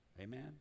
Amen